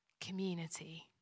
community